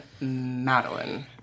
Madeline